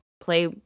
play